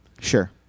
Sure